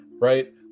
right